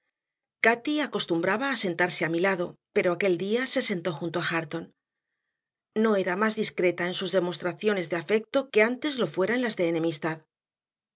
cati acostumbraba a sentarse a mi lado pero aquel día se sentó junto a hareton no era más discreta en sus demostraciones de afecto que antes lo fuera en las de enemistad